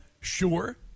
sure